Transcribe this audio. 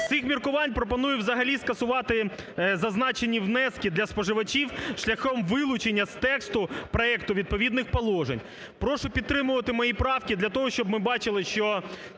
з цих міркувань пропоную взагалі скасувати зазначені внески для споживачів шляхом вилучення з тексту проекту відповідних положень. Прошу підтримувати мої правки для того, щоб ми бачили, що